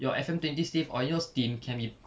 your F_M twenty steam or your steam can be